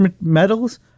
medals